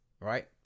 right